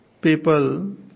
people